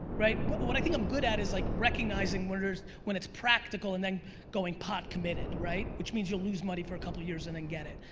right? but what i think i'm good at is like recognizing winners when it's practical and then going pot committed, right, which means you'll lose money for a couple years and then and get it.